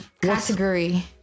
category